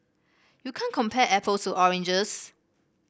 you can't compare apples to oranges